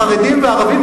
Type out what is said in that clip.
חרדים וערבים,